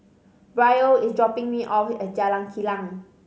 Brielle is dropping me off at Jalan Kilang